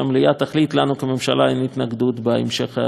לנו כממשלה אין התנגדות להמשך הדיון בסוגיה.